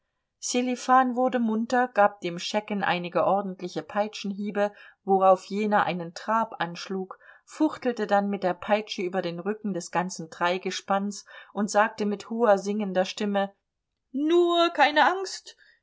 sselifan wurde munter gab dem schecken einige ordentliche peitschenhiebe worauf jener einen trab anschlug fuchtelte dann mit der peitsche über den rücken des ganzen dreigespanns und sagte mit hoher singender stimme nur keine angst